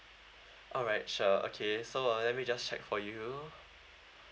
alright sure okay so uh let me just check for you